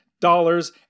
dollars